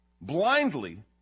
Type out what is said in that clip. blindly